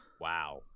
wow